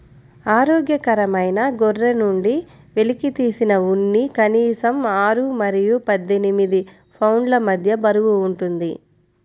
ఆరోగ్యకరమైన గొర్రె నుండి వెలికితీసిన ఉన్ని కనీసం ఆరు మరియు పద్దెనిమిది పౌండ్ల మధ్య బరువు ఉంటుంది